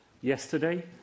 yesterday